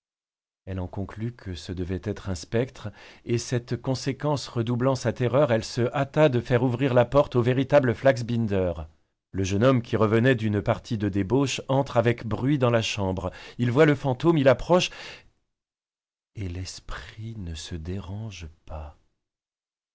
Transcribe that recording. elle en conclut que ce devait être un spectre et cette conséquence redoublant sa terreur elle se hâta de faire ouvrir la porte au véritable flaxbinder le jeune homme qui revenait d'une partie de débauche entre avec bruit dans la chambre il voit le fantôme il approche et l'esprit ne se dérange pas